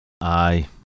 Aye